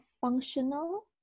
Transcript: functional